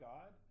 God